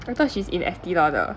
I thought she's in estee lauder